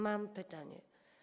Mam pytanie.